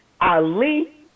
Ali